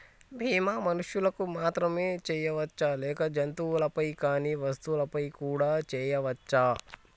బీమా మనుషులకు మాత్రమే చెయ్యవచ్చా లేక జంతువులపై కానీ వస్తువులపై కూడా చేయ వచ్చా?